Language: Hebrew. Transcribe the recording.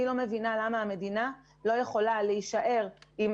אני לא מבינה למה המדינה לא יכולה להישאר עם